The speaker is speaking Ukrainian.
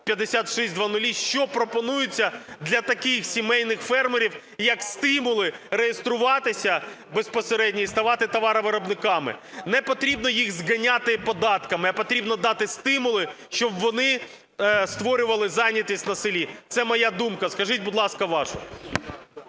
600, що пропонується для таких сімейних фермерів, як стимули, реєструватися безпосередньо і ставати товаровиробниками? Не потрібно їх зганяти податками, а потрібно дати стимули, щоб вони створювали зайнятість на селі – це моя думка. Скажіть, будь ласка, вашу.